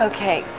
Okay